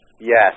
Yes